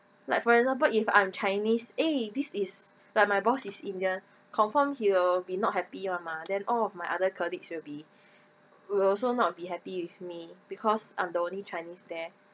like for example if I'm chinese eh this is like my boss is indian confirm he'll be not happy [one] mah then all of my other colleagues will be will also not be happy with me because I'm the only chinese there